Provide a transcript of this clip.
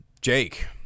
Jake